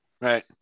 Right